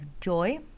joy